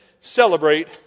celebrate